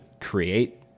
create